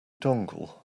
dongle